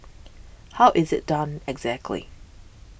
how is it done exactly